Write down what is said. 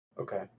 Okay